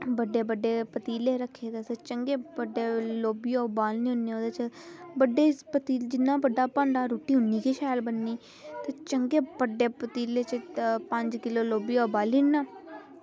बड्डे बड्डे पतीले रक्खे दे चंगे बड्डे लोबियै बनान्ने होन्ने ओह्दे च जिन्ना बड्डा भांडा रुट्टी उन्नी गै शैल बननी ते चंगे बड्डे पतीले च पंज किलो लोबियै ओह् बाली होना